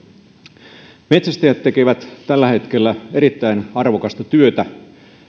kahteenkymmeneen euroon metsästäjät tekevät tällä hetkellä erittäin arvokasta työtä he